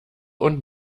und